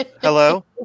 Hello